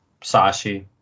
Sashi